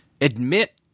admit